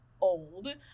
old